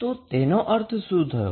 તો તેનો અર્થ શું છે